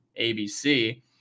ABC